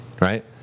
right